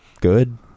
good